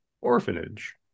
Orphanage